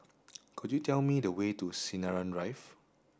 could you tell me the way to Sinaran Drive